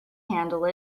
handle